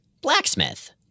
Blacksmith